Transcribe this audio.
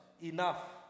enough